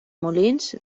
molins